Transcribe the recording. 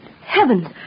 heavens